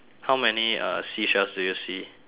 how many uh seashells do you see